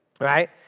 right